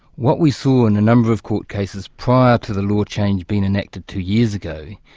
what we saw in a number of court cases prior to the law change being enacted two years ago,